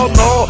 no